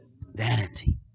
Vanity